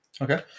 Okay